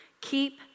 Keep